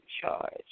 charge